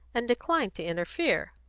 and decline to interfere.